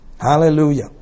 Hallelujah